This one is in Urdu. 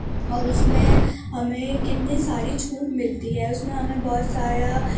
اور اس میں ہمیں کتنی ساری چھوٹ ملتی ہے اس میں ہمیں بہت سارا